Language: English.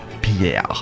Pierre